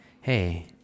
hey